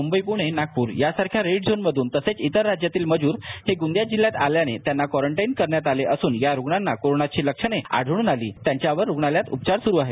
म्बई प्णे नागपूर या सारख्या red zone मधून तसेच इतर राज्यातील मजूर हे गोंदिया आल्याने त्यांना कोरनटाईम करण्यात आले असून या रुगनानां कोरोनाची लक्षणे आढळून आली याच्यावर रुग्णालयात उपचार सुरु आहेत